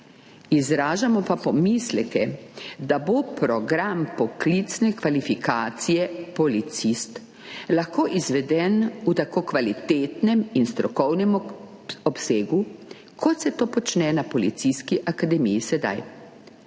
izražamo pa pomisleke, da bo program poklicne kvalifikacije policist lahko izveden v tako kvalitetnem in strokovnem obsegu, kot se to počne na policijski akademiji sedaj.